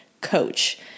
coach